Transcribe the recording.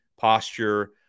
posture